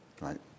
right